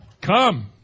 come